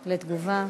תגובה.